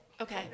okay